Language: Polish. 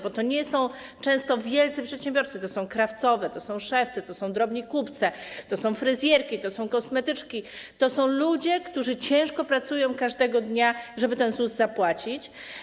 Bo to nie są często wielcy przedsiębiorcy, to są krawcowe, to są szewcy, to są drobni kupcy, to są fryzjerki, to są kosmetyczki, to są ludzie, którzy ciężko pracują każdego dnia, żeby ZUS zapłacić.